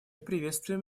приветствуем